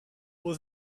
was